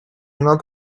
not